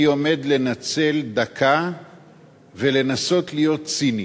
אני עומד לנצל דקה ולנסות להיות ציני,